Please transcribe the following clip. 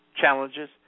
challenges